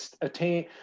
attain